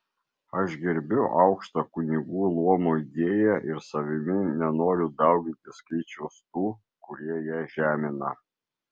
aš gerbiu aukštą kunigų luomo idėją ir savimi nenoriu dauginti skaičiaus tų kurie ją žemina